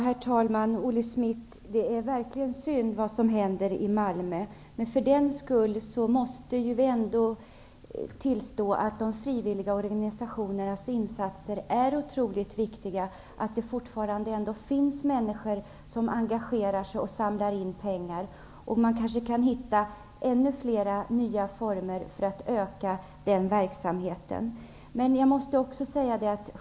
Herr talman! Det som händer i Malmö är verkligen synd, Olle Schmidt. Ändå måste vi tillstå att frivilligorganisationernas insatser är otroligt viktiga, att det fortfarande finns människor som engagerar sig och samlar in pengar. Kanske går det att hitta ännu fler former för att utvidga den verksamheten.